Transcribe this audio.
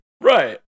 Right